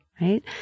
Right